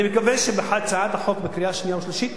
אני מקווה שבהכנת הצעת החוק לקריאה שנייה ושלישית